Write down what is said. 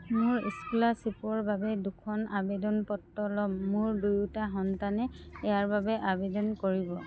মই স্কলাৰশ্বিপ'ৰ বাবে দুখন আৱেদন পত্ৰ ল'ম মোৰ দুয়োটা সন্তানেই ইয়াৰ বাবে আৱেদন কৰিব